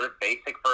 basic